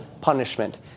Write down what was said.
punishment